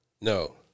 No